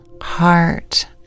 heart